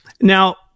Now